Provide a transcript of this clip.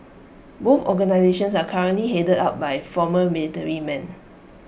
both organisations are currently headed up by former military men